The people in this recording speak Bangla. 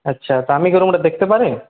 আচ্ছা তা আমি কি ওই রুমটা দেখতে পারি